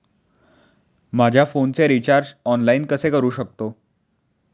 माझ्या फोनचे recharge online कसे करू शकतो?